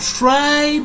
try